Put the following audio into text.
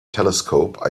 telescope